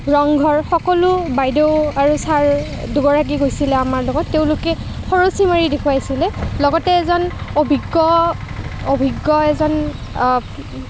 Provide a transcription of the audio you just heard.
ৰংঘৰ সকলো বাইদেউ আৰু ছাৰ দুগৰাকী গৈছিলে আমাৰ লগত তেওঁলোকে খৰচী মাৰি দেখুৱাইছিলে লগতে এজন অভিজ্ঞ অভিজ্ঞ এজন